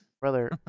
Brother